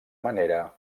manera